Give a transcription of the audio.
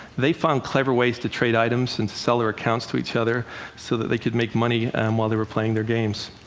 they found clever ways to trade items and to sell their accounts to each other so that they could make money while they were playing their games.